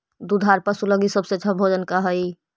दुधार पशु लगीं सबसे अच्छा भोजन का हई?